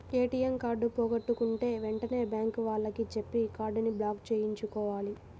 ATM card పోగొట్టుకుంటే వెంటనే bank వాళ్లకి చెప్పి కార్డుని బ్లాక్ చేయించుకోవాలి